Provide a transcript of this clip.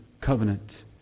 covenant